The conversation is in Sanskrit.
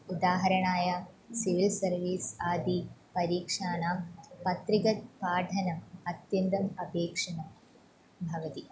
उदाहरणाय सिविल् सर्विस् आदिपरीक्षाणां पत्रिकापाठनम् अत्यन्तम् अपेक्षितं भवति